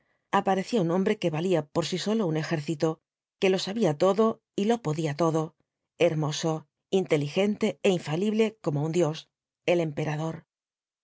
aparecía un hombre que valía por sí solo un ejército que lo sabía todo y lo podía todo hermoso inteligente é infalible como un dios el emperador